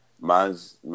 Mine's